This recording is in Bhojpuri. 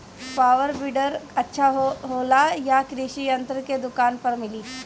पॉवर वीडर अच्छा होला यह कृषि यंत्र के दुकान पर मिली?